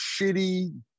shitty